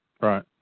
Right